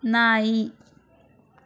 ನಾಯಿ